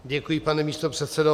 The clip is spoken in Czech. Děkuji, pane místopředsedo.